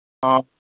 ꯑꯥ